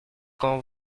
quand